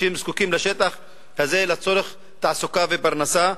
שזקוקים לשטח הזה לצורך פרנסה ותעסוקה.